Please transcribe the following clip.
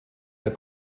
der